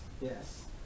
yes